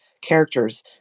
characters